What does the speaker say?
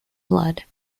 blood